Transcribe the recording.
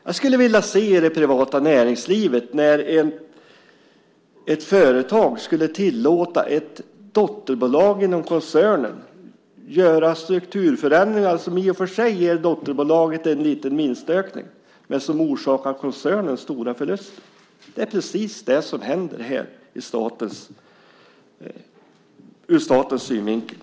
Jag skulle i det privata näringslivet vilja se ett företag tillåta ett dotterbolag inom koncernen att göra strukturförändringar som i och för sig ger dotterbolaget en liten vinstökning men som orsakar koncernen stora förluster. Det är precis det som händer i detta sammanhang ur statens synvinkel.